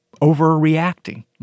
overreacting